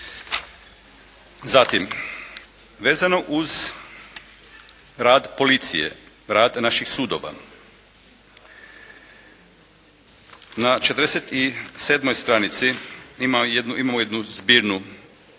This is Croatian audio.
Zatim vezano uz rad policije, rad naših sudova. Na 47. stranici imamo jednu zbirnu tabelu